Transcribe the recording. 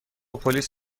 پلیس